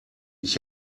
ich